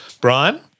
Brian